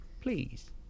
Please